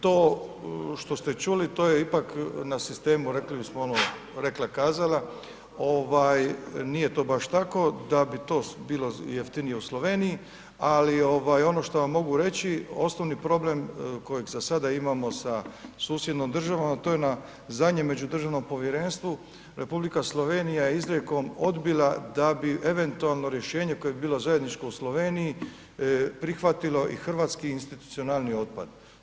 To što ste čuli, to je ipak na sistemu rekli bismo ono „rekla-kazala“, nije to baš tako da bi to bilo jeftinije u Sloveniji ali ono što vam mogu reći, osnovni problem kojeg za sada imamo sa susjednom državom a to je na zadnjem međudržavnom povjerenstvu, Republika Slovenija je izrijekom odbila da bi eventualno rješenje koje bi bilo zajedničko u Sloveniji, prihvatilo i hrvatski institucionalni otpad.